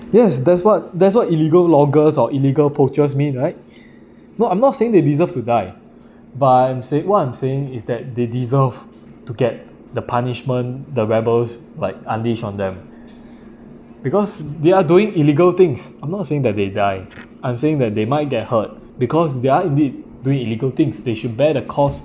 yes that's what that's why illegal loggers or illegal poachers mean right no I'm not saying they deserve to die but I'm saying what I'm saying is that they deserve to get the punishment the rebels like unleash on them because they are doing illegal things I'm not saying that they die I'm saying that they might get hurt because they're indeed doing illegal things they should bear the cost